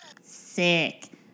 Sick